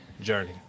journey